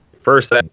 first